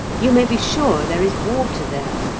you may be sure there is water there!